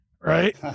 right